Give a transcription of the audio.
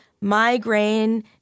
migraine